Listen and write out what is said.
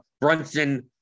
Brunson